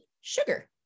sugar